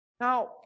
Now